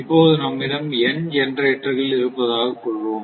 இப்போது நம்மிடம் n ஜெனரேட்டர்கள் இருப்பதாகக் கொள்வோம்